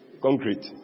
Concrete